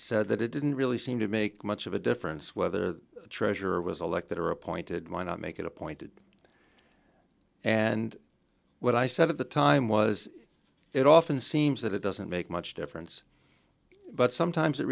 said that it didn't really seem to make much of a difference whether the treasurer was elected or appointed why not make it appointed and what i said at the time was it often seems that it doesn't make much difference but sometimes it